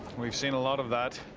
we've seen a lot of that.